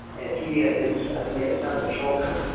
and he and his, i think he had seven children,